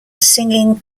singing